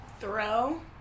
Throw